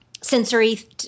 sensory